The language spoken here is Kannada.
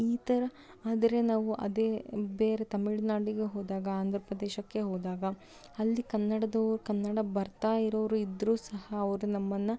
ಈ ಥರ ಆದರೆ ನಾವು ಅದೇ ಬೇರೆ ತಮಿಳುನಾಡಿಗೆ ಹೋದಾಗ ಆಂಧ್ರಪ್ರದೇಶಕ್ಕೆ ಹೋದಾಗ ಅಲ್ಲಿ ಕನ್ನಡದೋ ಕನ್ನಡ ಬರ್ತಾಯಿರೋರು ಇದ್ದರೂ ಸಹ ಅವರು ನಮ್ಮನ್ನು